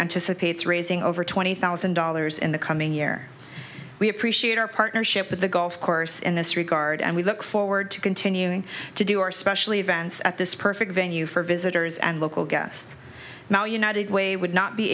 anticipates raising over twenty thousand dollars in the coming year we appreciate our partnership with the golf course in this regard and we look forward to continuing to do our special events at this perfect venue for visitors and local guests now united way would not be